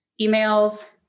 emails